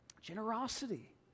generosity